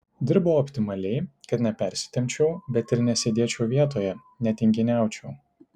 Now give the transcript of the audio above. dirbau optimaliai kad nepersitempčiau bet ir nesėdėčiau vietoje netinginiaučiau